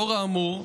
לאור האמור,